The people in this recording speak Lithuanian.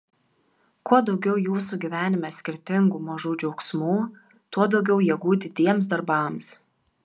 kuo daugiau jūsų gyvenime skirtingų mažų džiaugsmų tuo daugiau jėgų didiems darbams